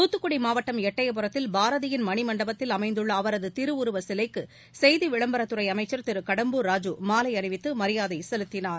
தூத்துக்குடி மாவட்டம் எட்டயபுரத்தில் பாரதியின் மணிமண்டபத்தில் அமைந்துள்ள அவரது திருவுருவ சிலைக்கு செய்தி விளம்பரத்துறை அமைச்சர் திரு கடம்பூர் ராஜூ மாலை அணிவித்து மரியாதை செலுத்தினார்